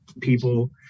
people